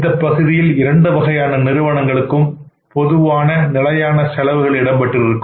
இந்தப் பகுதியில் இரண்டு வகையான நிறுவனங்களுக்கும் பொதுவான நிலையான செலவுகள் இடம்பெற்றிருக்கும்